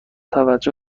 توجه